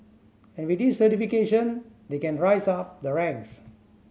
and with this certification they can rise up the ranks